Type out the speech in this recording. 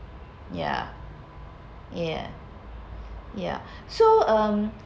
ya ya ya so um